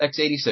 x86